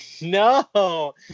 no